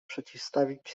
przeciwstawić